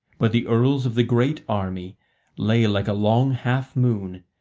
but the earls of the great army lay like a long half moon,